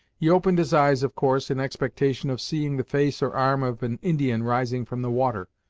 he opened his eyes of course, in expectation of seeing the face or arm of an indian rising from the water,